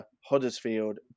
Huddersfield